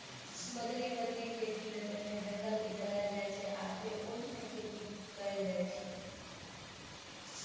बदलि बदलि खेतीमे पहिने जंगलकेँ जराएल जाइ छै आ फेर ओहिमे खेती कएल जाइत छै